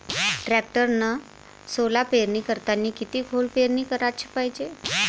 टॅक्टरनं सोला पेरनी करतांनी किती खोल पेरनी कराच पायजे?